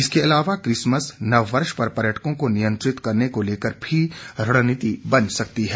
इसके अलावा क्रिसमस नव वर्ष पर पर्यटकों को नियंत्रित करने को लेकर भी रणनीति बन सकती है